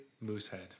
Moosehead